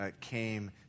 came